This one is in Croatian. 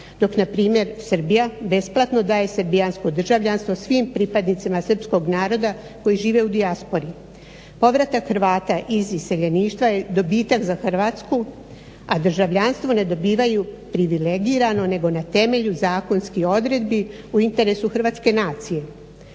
dok npr. Srbija besplatno daje srbijansko državljanstvo svim pripadnicima srpskog naroda koji žive u dijaspori. Povratak Hrvata iz iseljeništva je dobitak za Hrvatsku a državljanstvo ne dobivaju privilegirano nego na temelju zakonskih odredbi u interesu hrvatske nacije.